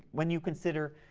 when you consider